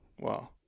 Wow